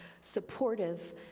Supportive